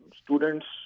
students